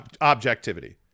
objectivity